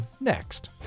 next